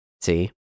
See